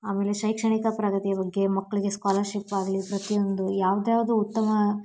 ಆಮೇಲೆ ಶೈಕ್ಷಣಿಕ ಪ್ರಗತಿಯ ಬಗ್ಗೆ ಮಕ್ಕಳಿಗೆ ಸ್ಕಾಲರ್ಷಿಪ್ ಆಗಲಿ ಪ್ರತಿಯೊಂದು ಯಾವ್ದು ಯಾವುದು ಉತ್ತಮ